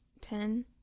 Ten